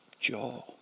Jaw